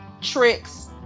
tricks